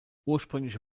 ursprüngliche